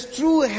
true